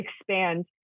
expand